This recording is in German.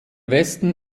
westen